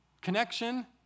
connection